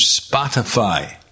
Spotify